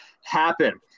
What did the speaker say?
happen